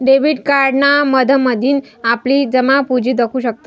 debit कार्डना माध्यमथीन आपली जमापुंजी दखु शकतंस